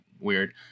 weird